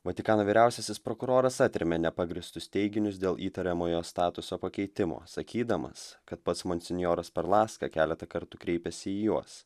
vatikano vyriausiasis prokuroras atremia nepagrįstus teiginius dėl įtariamojo statuso pakeitimo sakydamas kad pats monsinjoras perlaska keletą kartų kreipėsi į juos